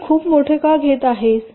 तू खूप मोठा का घेत आहेस